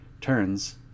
turns